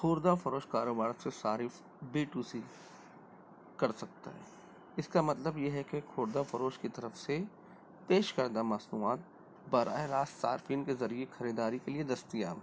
خوردہ فروش کاروبار سے صارف بی ٹو سی کر سکتا ہے اس کا مطلب یہ ہے کہ خوردہ فروش کی طرف سے پیش كردہ مصنوعات براہِ راست صارفین كے ذریعہ خریداری کے لیے دستیاب